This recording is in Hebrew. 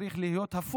זה היה צריך להיות הפוך,